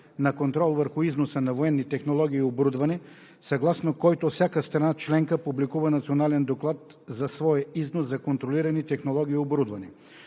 на контрол върху износа на военни технологии и оборудване, съгласно който всяка страна членка публикува национален доклад за своя износ на контролирани технологии и оборудване.